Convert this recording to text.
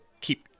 keep